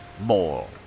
more